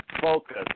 focus